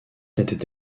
n’était